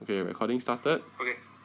mm